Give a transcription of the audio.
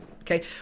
okay